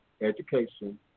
education